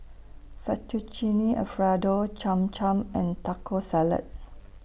Fettuccine Alfredo Cham Cham and Taco Salad